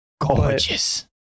Gorgeous